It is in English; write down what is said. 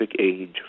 age